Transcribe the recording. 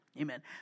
Amen